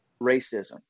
racism